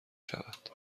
شود